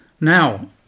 Now